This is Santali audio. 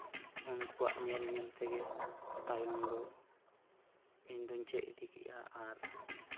ᱩᱱᱠᱩᱣᱟᱜ ᱧᱮᱞ ᱧᱮᱞ ᱛᱮᱜᱮ ᱛᱟᱭᱚᱢ ᱫᱚ ᱤᱧᱫᱚᱧ ᱪᱮᱫ ᱤᱫᱤ ᱠᱮᱫᱟ ᱟᱨ